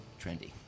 trendy